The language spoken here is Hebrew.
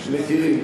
מכירים,